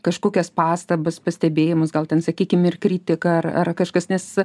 kažkokias pastabas pastebėjimus gal ten sakykim ir kritiką ar ar kažkas nes